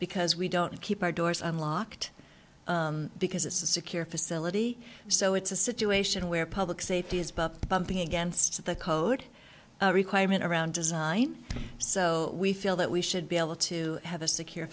because we don't keep our doors unlocked because it's a secure facility so it's a situation where public safety is bumped bumping against the code requirement around design so we feel that we should be able to have a secure